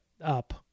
up